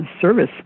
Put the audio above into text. service